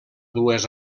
dues